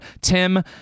Tim